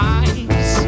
eyes